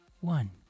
one